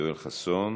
ליואל חסון